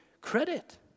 credit